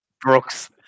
Brooks